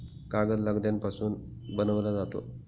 कागद लगद्यापासून बनविला जातो